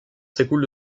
s’écoule